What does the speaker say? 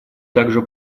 также